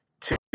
two